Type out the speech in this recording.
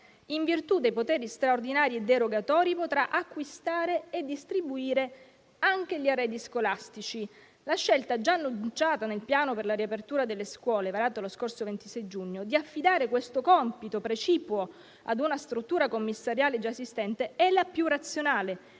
in virtù dei poteri straordinari e derogatori, potrà acquistare e distribuire anche gli arredi scolastici. La scelta, già annunciata nel piano per la riapertura delle scuole varato lo scorso 26 giugno, di affidare questo compito precipuo ad una struttura commissariale già esistente è la più razionale: